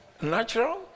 Natural